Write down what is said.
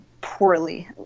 poorly